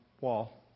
wall